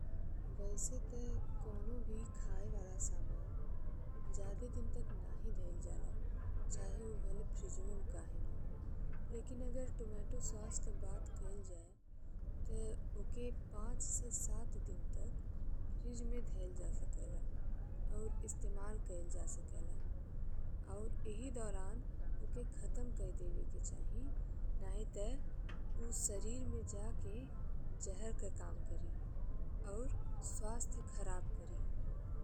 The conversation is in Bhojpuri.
वइसे ते कौनो भी खाए वाला सामान जादे दिन तक नाहीं धईल जाला चाहे ऊ भले फ्रिजवा में काहे ने हो। लेकिन अगर टमाटर सॉस के बात कइल जाए, ते ओके पांच से सात दिन तक फ्रिज में धईल जा सकेला और इस्तेमाल कइल जा सकेला और एहि दौरान ओके खत्म कइ देवे के चाही। नाहीं ते ऊ शरीर में जाके जहर के काम करि और स्वास्थ्य खराब करी।